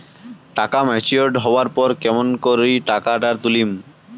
টাকা ম্যাচিওরড হবার পর কেমন করি টাকাটা তুলিম?